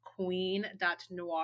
queen.noir